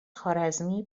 خوارزمی